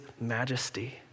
majesty